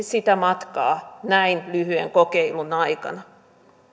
sitä matkaa näin lyhyen kokeilun aikana